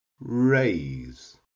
raise